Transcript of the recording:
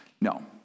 No